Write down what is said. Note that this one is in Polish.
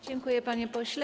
Dziękuję, panie pośle.